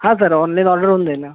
हा sir online order होऊन जाईल ना